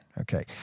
Okay